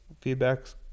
feedback's